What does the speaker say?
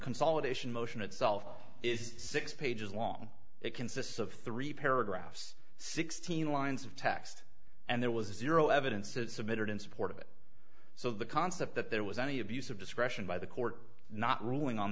consolidation motion itself is six pages long it consists of three paragraphs sixteen lines of text and there was zero evidence is submitted in support of it so the concept that there was any abuse of discretion by the court not ruling on